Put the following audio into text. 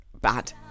bad